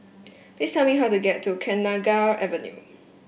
please tell me how to get to Kenanga Avenue